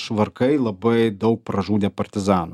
švarkai labai daug pražudė partizanų